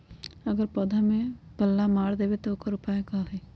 अगर पौधा में पल्ला मार देबे त औकर उपाय का होई?